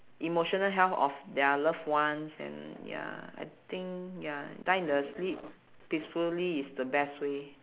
emotional health of their love ones and ya I think ya die in the sleep peacefully is the best way